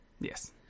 Yes